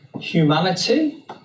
humanity